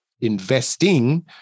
Investing